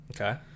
Okay